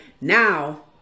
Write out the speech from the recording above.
Now